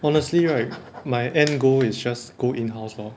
honestly right my end goal is just go in house lor